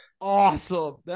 awesome